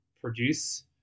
produce